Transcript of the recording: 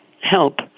help